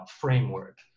framework